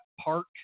Park